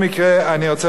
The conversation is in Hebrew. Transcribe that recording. אדוני היושב-ראש,